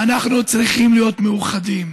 אנחנו צריכים להיות מאוחדים